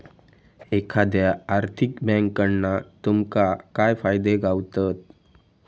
एखाद्या आर्थिक बँककडना तुमका काय फायदे गावतत?